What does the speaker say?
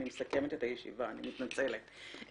אני מסכמת את הישיבה אני מתנצלת.